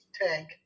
tank